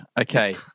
Okay